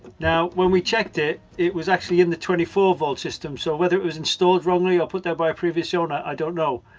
now when we checked it it was actually in the twenty four volt system so whether it was installed wrongly or put there by a previous owner i don't know.